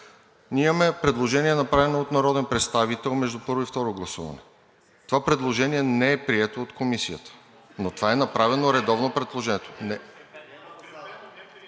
Ние имаме предложение, направено от народен представител между първо и второ гласуване. Това предложение не е прието от Комисията, но това предложение